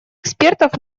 экспертов